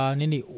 nini